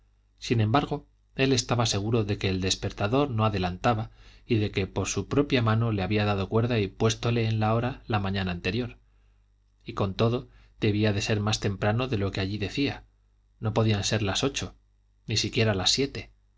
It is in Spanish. sin embargo él estaba seguro de que el despertador no adelantaba y de que por su propia mano le había dado cuerda y puéstole en la hora la mañana anterior y con todo debía de ser más temprano de lo que allí decía no podían ser las ocho ni siquiera las siete